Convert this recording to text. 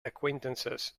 acquaintances